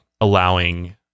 allowing